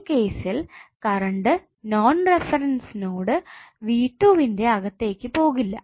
ഈ കേസിൽ current non reference node v2 വിന്റെ അകത്തേക്കു പോകില്ല